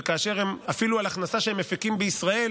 כאשר אפילו על הכנסה שהם מפיקים בישראל